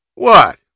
What